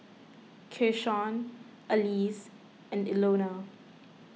Keyshawn Alize and Ilona